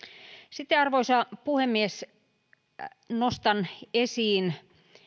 arvoisa puhemies sitten nostan esiin